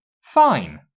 Fine